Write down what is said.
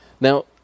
Now